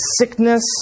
sickness